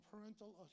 parental